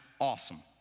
Awesome